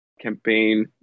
campaign